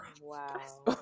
Wow